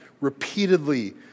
repeatedly